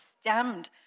stemmed